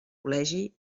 col·legi